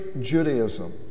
Judaism